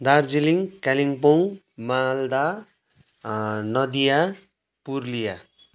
Darjeeling Kalimpong Malda Nadia Purulia